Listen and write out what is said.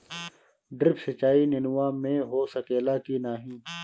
Drip सिंचाई नेनुआ में हो सकेला की नाही?